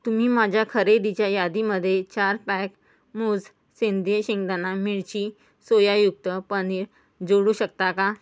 तुम्ही माझ्या खरेदीच्या यादीमधे चार पॅक मूझ सेंद्रिय शेंगदाणा मिरची सोयायुक्त पनीर जोडू शकता का